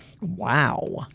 Wow